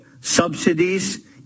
subsidies